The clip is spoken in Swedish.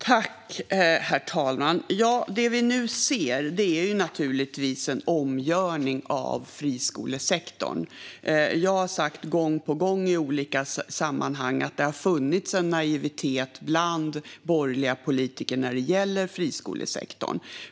Herr talman! Det vi nu ser är naturligtvis en omgörning av friskolesektorn. Jag har gång på gång i olika sammanhang sagt att det har funnits en naivitet bland borgerliga politiker när det gäller friskolesektorn.